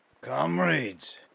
Comrades